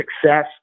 success